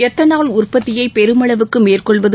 ethanol உற்பத்தியை பெருமளவுக்கு மேற்கொள்வது